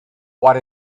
what